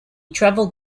traveled